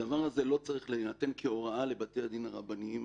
הדבר הזה לא צריך להינתן כהוראה לבתי הדין הרבניים